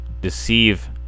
deceive